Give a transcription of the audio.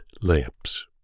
lamps